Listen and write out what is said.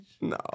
No